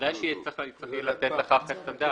בוודאי יהיה צריך לתת על כך את הדעת.